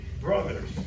brothers